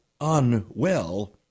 unwell